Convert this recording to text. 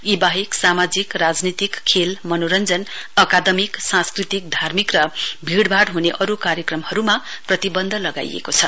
यी वाहेक सामाजिक राजनीतिक खेल मनोरञ्जन अकादमिक सांस्कृतिक धार्मिक र भीड़भाड़ हुने अरु कार्यक्रमहरुमा प्रतिवन्ध लगाइएको छ